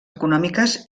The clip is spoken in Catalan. econòmiques